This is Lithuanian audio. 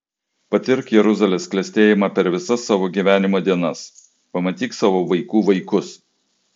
patirk jeruzalės klestėjimą per visas savo gyvenimo dienas pamatyk savo vaikų vaikus